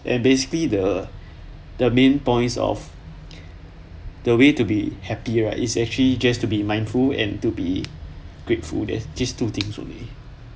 and basically the the main points of the way to be happier is actually just to be mindful and to be grateful that's these two things only